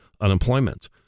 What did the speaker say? unemployment